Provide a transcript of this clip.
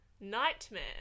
Nightmare